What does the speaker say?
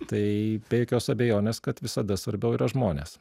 tai be jokios abejonės kad visada svarbiau yra žmonės